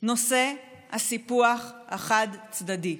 נושא הסיפוח החד-צדדי.